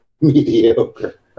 mediocre